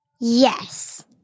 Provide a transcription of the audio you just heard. Yes